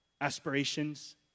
aspirations